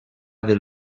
del